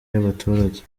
y’abaturage